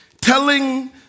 Telling